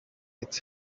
its